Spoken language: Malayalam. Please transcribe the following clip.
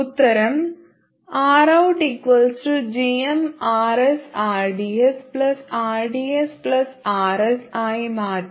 ഉത്തരം RoutgmRsrdsrdsRs ആയി മാറും